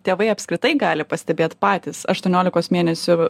tėvai apskritai gali pastebėt patys aštuoniolikos mėnesių